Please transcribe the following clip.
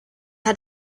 had